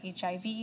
HIV